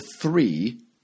three